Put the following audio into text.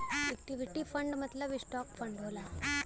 equity fund मतलब stock fund होला